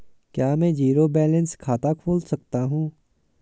क्या मैं zero balance खाता खोल सकता हूँ?